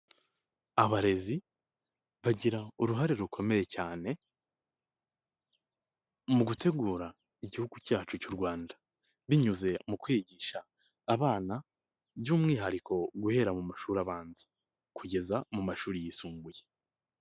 Abarezi bagira uruhare rukomeye cyane mu gutegura igihugu cyacu cy'u Rwanda binyuze mu kwigisha abana by'umwihariko guhera mu mashuri abanza kugeza mu mashuri yisumbuye.